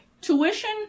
Tuition